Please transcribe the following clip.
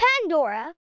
Pandora